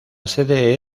sede